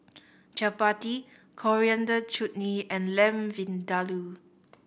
Chapati Coriander Chutney and Lamb Vindaloo